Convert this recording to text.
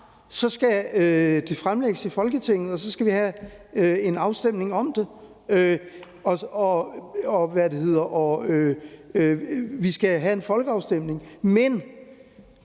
skal det fremlægges i Folketinget, og så skal vi have en afstemning om det, og vi skal have en folkeafstemning, men